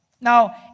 Now